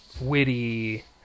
witty